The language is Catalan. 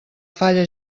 falla